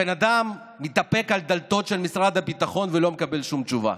הבן אדם מידפק על דלתות משרד הביטחון ולא מקבל שום תשובה.